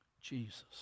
Jesus